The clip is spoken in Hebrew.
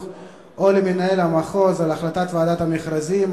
או למנהל המחוז על החלטת ועדת המכרזים.